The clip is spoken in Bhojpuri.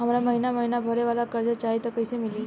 हमरा महिना महीना भरे वाला कर्जा चाही त कईसे मिली?